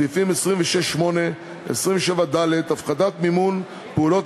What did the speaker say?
סעיפים 26(8) ו-27(ד) (הפחתת מימון פעולות